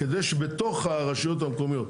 כדי שבתוך הרשויות המקומיות,